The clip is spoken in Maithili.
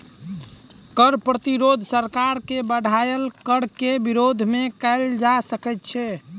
कर प्रतिरोध सरकार के बढ़ायल कर के विरोध मे कयल जा सकैत छै